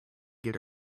get